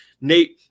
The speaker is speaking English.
Nate